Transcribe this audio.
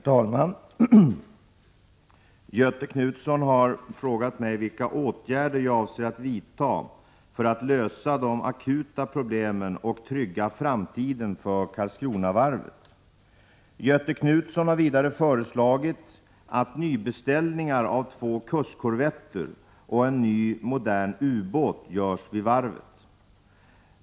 Herr talman! Göthe Knutson har frågat mig vilka åtgärder jag avser att vidta för att lösa de akuta problemen och trygga framtiden för Karlskronavarvet. Göthe Knutson har vidare föreslagit att nybeställningar av två kustkorvetter och en ny modern ubåt görs vid varvet.